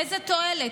איזה תועלת?